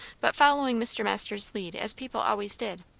but following mr. masters' lead as people always did,